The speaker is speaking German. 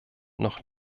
noch